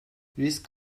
risk